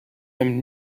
him